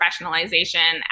professionalization